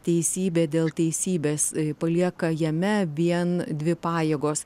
teisybė dėl teisybės palieka jame vien dvi pajėgos